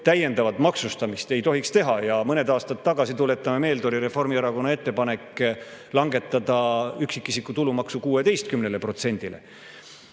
täiendavat maksustamist ei tohiks teha. Mõned aastad tagasi, tuletame meelde, oli Reformierakonna ettepanek langetada üksikisiku tulumaksu 16%-le.